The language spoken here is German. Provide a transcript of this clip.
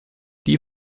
die